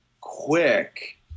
quick